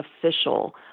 official